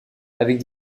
avec